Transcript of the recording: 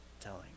telling